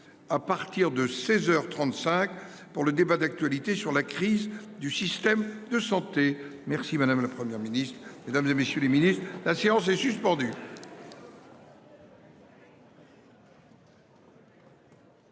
À partir de 16h 35 pour le débat d'actualité sur la crise du système de santé. Merci madame, la Première ministre, mesdames et messieurs les Ministres, la séance est suspendue.--